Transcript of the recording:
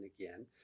again